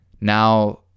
Now